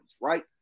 right